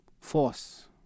force